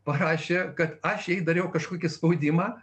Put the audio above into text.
parašė kad aš jai dariau kažkokį spaudimą